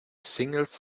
singles